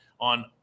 on